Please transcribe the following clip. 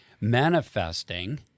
manifesting